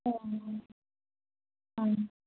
ꯎꯝ ꯎꯝ